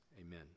amen